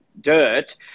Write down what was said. dirt